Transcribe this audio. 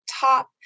top